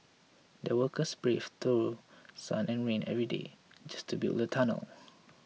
the workers braved through sun and rain every day just to build the tunnel